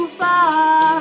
far